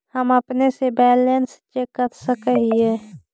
हम अपने से बैलेंस चेक कर सक हिए?